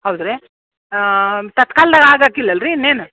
ಹೌದುರೀ ತತ್ಕಾಲ್ದಾಗ ಆಗೋಕಿಲ್ಲಲ್ರಿ ಇನ್ನೇನು